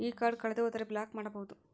ಈ ಕಾರ್ಡ್ ಕಳೆದು ಹೋದರೆ ಬ್ಲಾಕ್ ಮಾಡಬಹುದು?